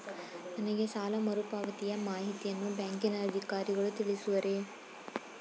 ನನಗೆ ಸಾಲ ಮರುಪಾವತಿಯ ಮಾಹಿತಿಯನ್ನು ಬ್ಯಾಂಕಿನ ಅಧಿಕಾರಿಗಳು ತಿಳಿಸುವರೇ?